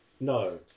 No